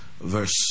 verse